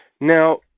Now